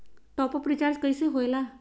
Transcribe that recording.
Top up recharge कइसे होएला?